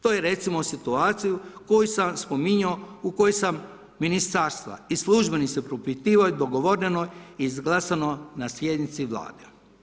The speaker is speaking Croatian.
To je recimo, situacija koju sam spominjao, u kojoj sam ministarstva i službenike propitivao i dogovoreno i izglasano na sjednici Vlade.